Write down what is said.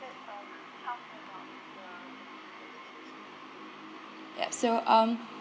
ya so um